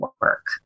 work